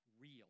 real